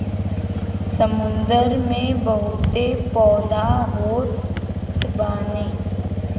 समुंदर में बहुते पौधा होत बाने